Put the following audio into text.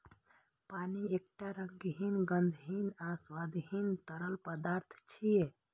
पानि एकटा रंगहीन, गंधहीन आ स्वादहीन तरल पदार्थ छियै